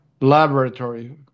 laboratory